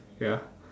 ya